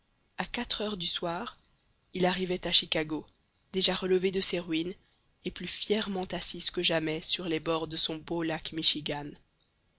à quatre heures du soir il arrivait à chicago déjà relevée de ses ruines et plus fièrement assise que jamais sur les bords de son beau lac michigan